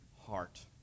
heart